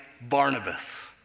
Barnabas